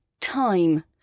time